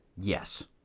yes